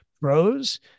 pros